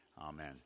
Amen